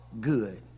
good